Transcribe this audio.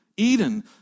Eden